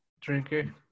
drinker